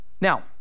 Now